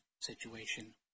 situation